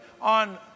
on